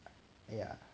ya